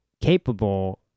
capable